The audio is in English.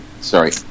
Sorry